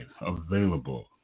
Available